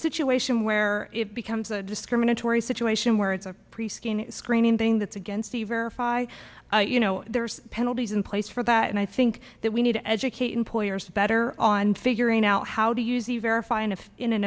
situation where it becomes a discriminatory situation where it's a pre scan screening thing that's against the verify you know there's penalties in place for that and i think that we need to educate employers better on figuring out how do you see verifying if in an